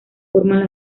forman